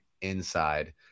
inside